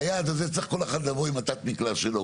ליעד הזה צריך כל אחד לבוא עם התת מקלע שלו,